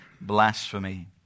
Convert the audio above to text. blasphemy